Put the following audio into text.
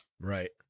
Right